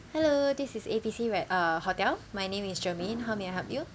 hello this is A B C where uh hotel my name is germaine how may I help you